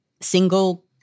single